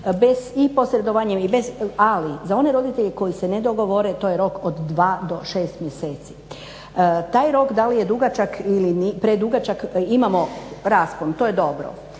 i posredovanja, ali za one roditelje koji se ne dogovore to je rok od 2 do 6 mjeseci. Taj rok da li je predugačak imamo raspon, to je dobro.